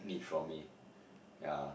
need from me yeah